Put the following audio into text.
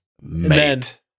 mate